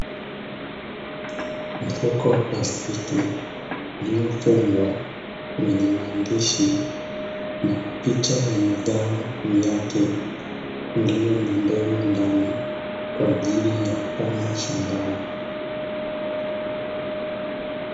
Mfuko wa plastiki ulio fungwa wenye maandishi na picha ya mazao juu yake, ulio na mbegu ndani kwa ajiri ya kupanda shambani.